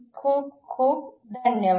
खूप खूप धन्यवाद